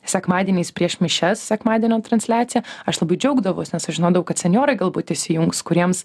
sekmadieniais prieš mišias sekmadienio transliaciją aš labai džiaugdavaus nes aš žinodavau kad senjorai galbūt įsijungs kuriems